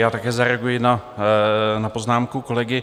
Já také zareaguji na poznámku kolegy.